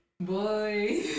boy